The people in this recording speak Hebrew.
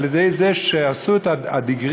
על-ידי זה שעשו את ה-degree,